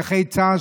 נכי צה"ל,